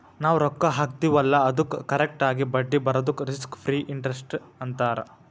ನಾವ್ ರೊಕ್ಕಾ ಹಾಕ್ತಿವ್ ಅಲ್ಲಾ ಅದ್ದುಕ್ ಕರೆಕ್ಟ್ ಆಗಿ ಬಡ್ಡಿ ಬರದುಕ್ ರಿಸ್ಕ್ ಫ್ರೀ ಇಂಟರೆಸ್ಟ್ ಅಂತಾರ್